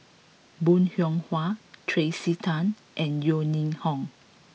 Bong Hiong Hwa Tracey Tan and Yeo Ning Hong